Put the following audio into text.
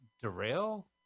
derail